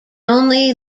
only